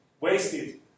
wasted